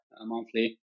monthly